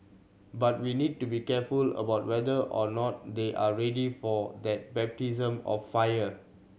but we need to be careful about whether or not they are ready for that baptism of fire